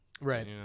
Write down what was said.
right